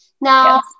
Now